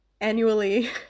annually